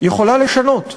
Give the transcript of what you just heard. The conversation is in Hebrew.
יכולה לשנות.